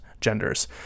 genders